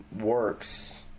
works